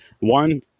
One